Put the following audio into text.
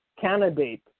candidate